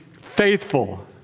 Faithful